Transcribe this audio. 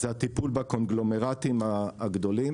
זה הטיפול בקונגלומרטים הגדולים.